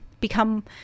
Become